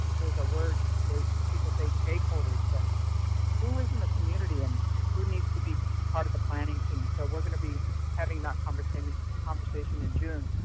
there's a word that people say, stakeholders, but who is in the community and who needs to be part of the planning teams. so, we're going to be having that conversation conversation in june.